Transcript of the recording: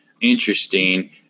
Interesting